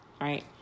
right